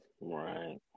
Right